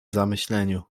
zamyśleniu